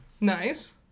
Nice